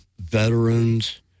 veterans